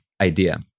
idea